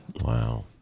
Wow